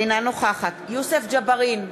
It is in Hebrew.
אינה נוכחת יוסף ג'בארין,